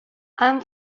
han